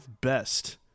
best